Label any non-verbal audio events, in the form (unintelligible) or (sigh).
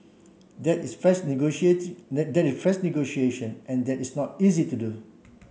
that is fresh (unintelligible) that that is fresh negotiation and that is not so easy to do